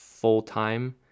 full-time